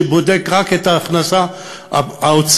שבודק רק את ההוצאה הפנויה,